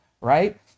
right